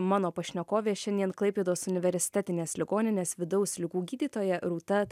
mano pašnekovė šiandien klaipėdos universitetinės ligoninės vidaus ligų gydytoja rūta